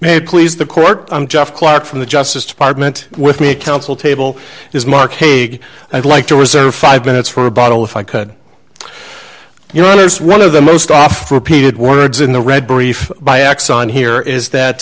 it please the court i'm geoff clark from the justice department with me counsel table is mark haig i'd like to reserve five minutes for a bottle if i could you know it's one of the most oft repeated words in the read brief by exxon here is that